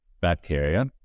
bacteria